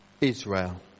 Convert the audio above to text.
Israel